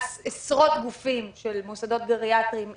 עשרות גופים של מוסדות גריאטריים נסגרו.